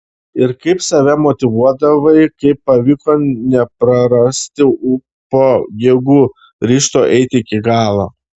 ir kaip save motyvuodavai kaip pavyko neprarasti ūpo jėgų ryžto eiti iki galo